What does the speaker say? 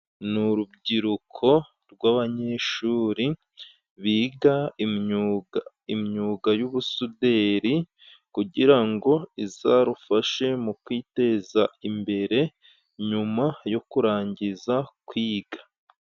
Ni urubyiruko rw'abanyeshuri biga imyuga y'ubusuderi kugira ngo izarufashe mu kwiteza imbere, nyuma yo kurangiza kwiga.